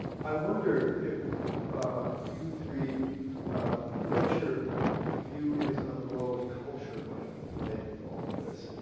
i wonder if you three what your view is on the role that culture might have played in all of this.